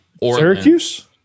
syracuse